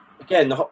again